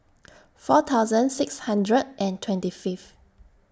four thousand six hundred and twenty five